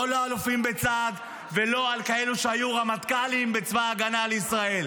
לא לאלופים בצה"ל ולא לכאלו שהיו רמטכ"לים בצבא הגנה לישראל.